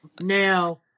Now